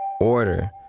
order